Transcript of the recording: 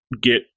get